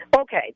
Okay